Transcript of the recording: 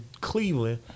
Cleveland